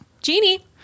Genie